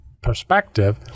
perspective